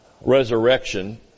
resurrection